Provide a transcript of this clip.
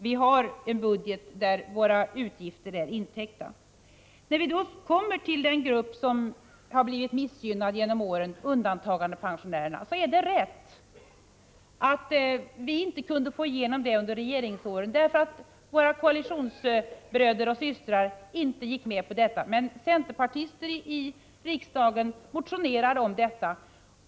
Vi har en budget där våra utgifter är täckta. När det gäller den grupp som har blivit missgynnad genom åren, undantagandepensionärerna, är det rätt att vi inte kunde få igenom vårt förslag under regeringsåren därför att våra koalitionsbröder och systrar inte gick med på det. Men centerpartister i riksdagen motionerar om detta.